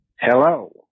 Hello